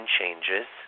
changes